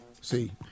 See